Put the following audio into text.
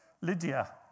Lydia